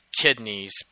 kidneys